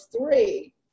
three